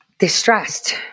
distressed